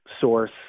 source